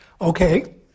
Okay